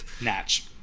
Natch